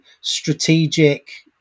strategic